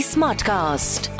Smartcast